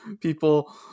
people